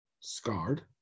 scarred